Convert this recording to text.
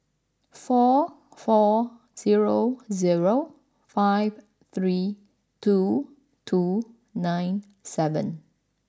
four four zero zero five three two two nine seven